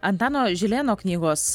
antano žilėno knygos